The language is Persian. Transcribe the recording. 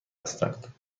هستند